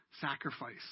sacrifice